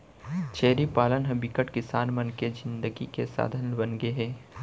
छेरी पालन ह बिकट किसान मन के जिनगी के साधन बनगे हे